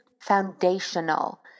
foundational